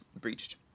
breached